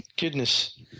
Goodness